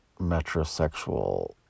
metrosexual